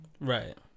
Right